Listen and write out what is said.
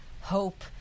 hope